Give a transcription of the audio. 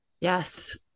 Yes